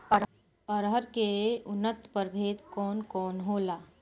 अरहर के उन्नत प्रभेद कौन कौनहोला?